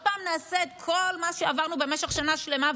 ועוד פעם נעשה את כל מה שעברנו במשך שנה שלמה.